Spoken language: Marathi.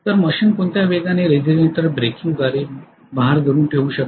तर मशीन कोणत्या वेगाने रीजनरेटर ब्रेकिंगद्वारे भार धरून ठेवू शकते